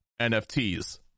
NFTs